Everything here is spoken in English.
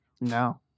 No